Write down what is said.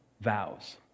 vows